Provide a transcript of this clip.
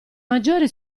maggiore